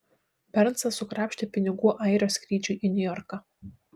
bernsas sukrapštė pinigų airio skrydžiui į niujorką